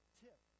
tip